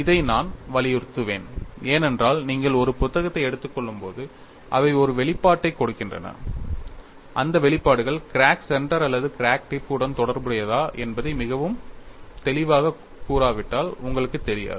இதை நான் வலியுறுத்துவேன் ஏனென்றால் நீங்கள் ஒரு புத்தகத்தை எடுத்துக் கொள்ளும்போது அவை ஒரு வெளிப்பாட்டைக் கொடுக்கின்றன அந்த வெளிப்பாடுகள் கிராக் சென்டர் அல்லது கிராக் டிப் உடன் தொடர்புடையதா என்பதை மிகத் தெளிவாகக் கூறாவிட்டால் உங்களுக்குத் தெரியாது